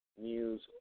news